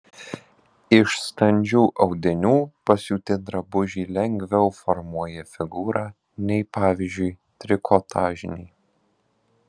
iš standžių audinių pasiūti drabužiai lengviau formuoja figūrą nei pavyzdžiui trikotažiniai